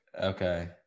Okay